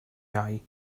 iau